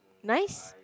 nice